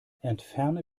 entferne